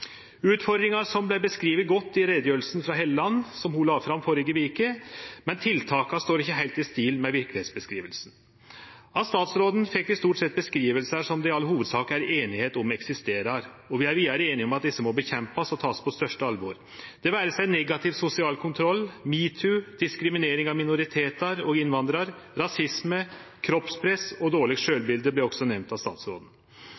utfordringar. Utfordringane vart skildra godt i utgreiinga frå Hofstad Helleland, som ho heldt i førre veke, men tiltaka står ikkje heilt i stil med skildringa av verkelegheita. Av statsråden fekk vi stort sett skildringar av det som det i all hovudsak er einigheit om eksisterer, og vi er vidare einige om at dette må kjempast mot og takast på største alvor – anten det er negativ sosial kontroll, metoo, diskriminering av minoritetar og innvandrarar, rasisme, kroppspress og dårleg